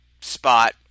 spot